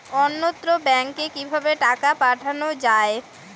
অন্যত্র ব্যংকে কিভাবে টাকা পাঠানো য়ায়?